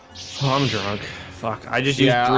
um drunk fuck i just you yeah